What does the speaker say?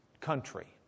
country